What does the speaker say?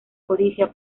codicia